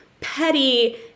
petty